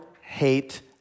hate